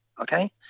okay